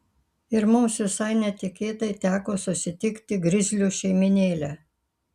ir mums visai netikėtai teko susitikti grizlių šeimynėlę